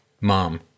mom